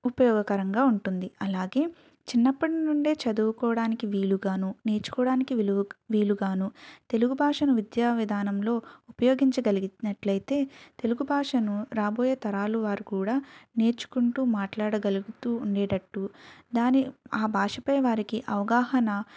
ఉపయోగకరంగా ఉంటుంది అలాగే చిన్నప్పటినుండే చదువుకోవడానికి వీలుగాను నేర్చుకోవడానికి వీలు వీలుగాను తెలుగు భాషను విద్యావిధానంలో ఉపయోగించగలిగినట్లయితే తెలుగు భాషను రాబోయే తరాలు వారు కూడా నేర్చుకుంటూ మాట్లాడగలుగుతూ ఉండేటట్టు దాని ఆ భాష పై వారికి అవగాహన